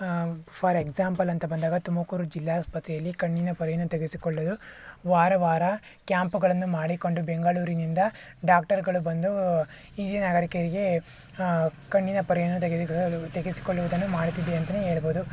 for example ಅಂತ ಬಂದಾಗ ತುಮಕೂರು ಜಿಲ್ಲಾಸ್ಪತ್ರೆಯಲ್ಲಿ ಕಣ್ಣಿನ ಪೊರೆಯನ್ನು ತೆಗೆಸಿಕೊಳ್ಳಲು ವಾರ ವಾರ ಕ್ಯಾಂಪ್ಗಳನ್ನು ಮಾಡಿಕೊಂಡು ಬೆಂಗಳೂರಿನಿಂದ ಡಾಕ್ಟರ್ಗಳು ಬಂದು ಹಿರಿಯ ನಾಗರಿಕರಿಗೆ ಕಣ್ಣಿನ ಪೊರೆಯನ್ನು ತೆಗಿಸಿಕೊಳ್ಳುವುದನ್ನು ಮಾಡ್ತಿದೆ ಅಂತನೇ ಹೇಳ್ಬೊದು